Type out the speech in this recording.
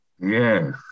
Yes